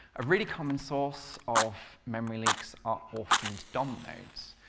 a really common source of memory leaks are orphaned dom nodes.